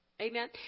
Amen